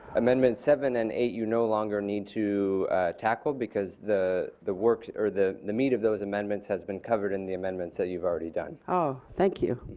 amendment seven and eight you no longer need to tackle because the the work or the the meat of those amendments have been covered and the amendments that you've already done. oh thank you.